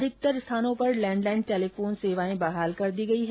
अधिकतर जगहों पर लैंडलाइन टेलीफोन सेवाएं बहाल कर दी गई हैं